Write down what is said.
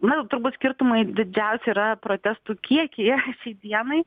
na turbūt skirtumai didžiausi yra protestų kiekyješiai dienai